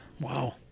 Wow